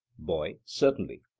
boy certainly.